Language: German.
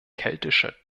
keltischer